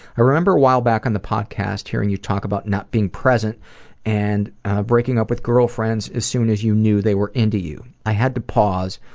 i remember a while back on the podcast hearing you talk about not being present and breaking up with girlfriends as soon as you knew they were into you. i had to pause,